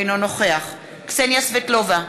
אינו נוכח קסניה סבטלובה,